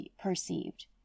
perceived